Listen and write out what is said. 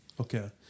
Okay